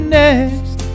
next